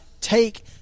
take –